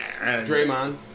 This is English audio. Draymond